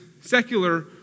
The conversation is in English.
secular